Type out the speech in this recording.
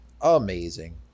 amazing